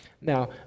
Now